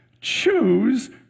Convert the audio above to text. choose